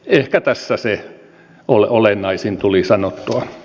ehkä tässä se olennaisin tuli sanottua